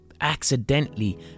accidentally